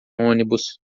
ônibus